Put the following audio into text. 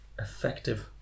effective